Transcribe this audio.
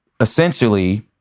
essentially